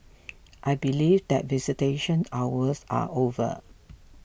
I believe that visitation hours are over